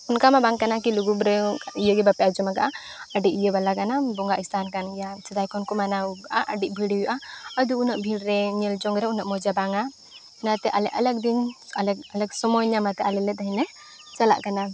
ᱚᱱᱠᱟ ᱢᱟ ᱵᱟᱝ ᱠᱟᱱᱟ ᱠᱤ ᱞᱩᱜᱩᱵᱩᱨᱩ ᱤᱭᱟᱹ ᱜᱮ ᱵᱟᱯᱮ ᱟᱸᱡᱚᱢ ᱟᱠᱟᱫᱼᱟ ᱟᱹᱰᱤ ᱤᱭᱟᱹᱵᱟᱞᱟ ᱠᱟᱱᱟ ᱵᱚᱸᱜᱟ ᱤᱥᱛᱷᱟᱱ ᱠᱟᱱ ᱜᱮᱭᱟ ᱥᱮᱫᱟᱭ ᱠᱷᱚᱱ ᱠᱚ ᱢᱟᱱᱟᱣᱮᱫᱼᱟ ᱟᱹᱰᱤ ᱵᱷᱤᱲ ᱦᱩᱭᱩᱜᱼᱟ ᱟᱫᱚ ᱩᱱᱟᱹᱜ ᱵᱷᱤᱲ ᱨᱮ ᱧᱮᱞᱡᱚᱝ ᱨᱮ ᱩᱱᱟᱹᱜ ᱢᱚᱡᱽ ᱫᱚ ᱵᱟᱝᱟ ᱚᱱᱟᱛᱮ ᱟᱞᱮ ᱟᱞᱟᱜᱽ ᱫᱤᱱ ᱟᱞᱮ ᱟᱞᱟᱜᱽ ᱥᱚᱢᱚᱭ ᱧᱟᱢ ᱟᱠᱟᱫᱟᱞᱮ ᱛᱮᱦᱮᱧ ᱞᱮ ᱪᱟᱞᱟᱜ ᱠᱟᱱᱟ